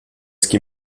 qui